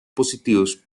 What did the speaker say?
positivos